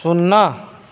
शुन्ना